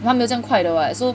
他没有这样快的 [what] so